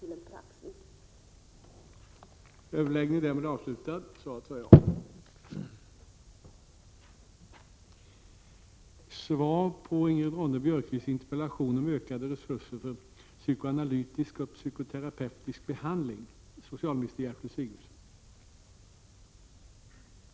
15 januari 1988